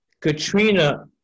Katrina